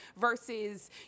versus